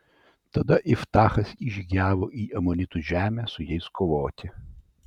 tada iftachas įžygiavo į amonitų žemę su jais kovoti